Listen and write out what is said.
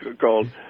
called